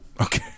Okay